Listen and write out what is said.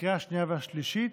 לקריאה השנייה והשלישית.